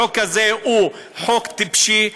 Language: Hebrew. חוק כזה הוא חוק טיפשי,